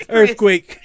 Earthquake